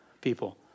people